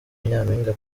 nyampinga